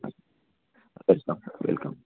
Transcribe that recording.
yeah ఖచ్చితంగా welcome